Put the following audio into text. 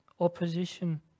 opposition